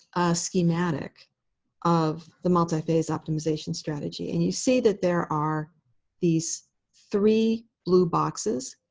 schematic of the multi-phase optimization strategy. and you see that there are these three blue boxes,